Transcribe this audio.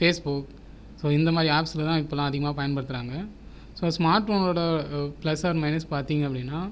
face book so இந்த மாதிரி ஆப்ஸ்சில் தான் இப்பெல்லாம் அதிகமாக பயன்படுத்துகிறாங்க ஸோ ஸ்மார்ட் போனோடய ப்ளஸ் அண்ட் மைனஸ் பார்த்தீங்க அப்படினா